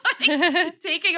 Taking